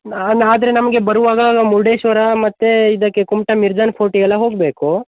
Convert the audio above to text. ನಾನು ಆದರೆ ನಮಗೆ ಬರುವಾಗ ಮುರುಡೇಶ್ವರ ಮತ್ತು ಇದಕ್ಕೆ ಕುಮಟಾ ಮಿರ್ಜಾನ್ ಫೋರ್ಟಿಗೆಲ್ಲ ಹೋಗಬೇಕು